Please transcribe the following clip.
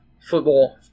football